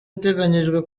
uteganyijwe